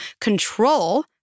control